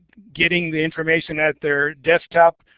getting the information at their desktop,